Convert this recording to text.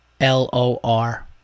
L-O-R